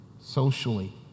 socially